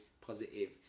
positive